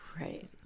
Right